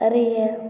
அறிய